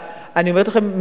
אני אומרת לכם,